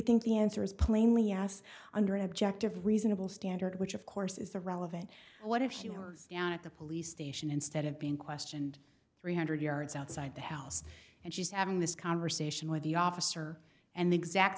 think the answer is plainly as under an objective reasonable standard which of course is the relevant what if she were at the police station instead of being questioned three hundred yards outside the house and she's having this conversation with the officer and the exact